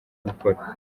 gukora